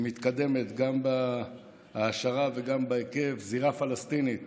שמתקדמת גם בהעשרה וגם בהיקף, זירה פלסטינית